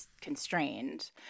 constrained